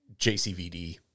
JCVD